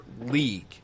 league